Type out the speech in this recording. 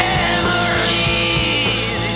Memories